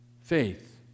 Faith